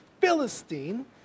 Philistine